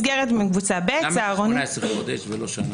למה 18 חודשים ולא שנה?